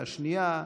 והשנייה,